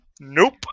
Nope